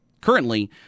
currently